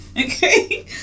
Okay